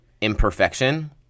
imperfection